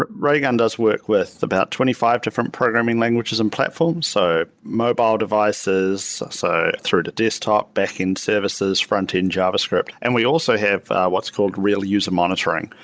raygun does work with about twenty five different programming languages and platforms, so mobile devices, so through the desktop backend services, frontend javascript, and we also have what's called real use of monitoring,